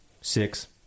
six